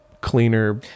cleaner